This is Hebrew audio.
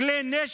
של כלי נשק